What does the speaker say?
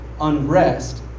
unrest